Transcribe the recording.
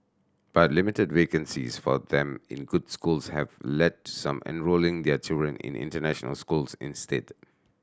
but limited vacancies for them in good schools have led to some enrolling their children in international schools instead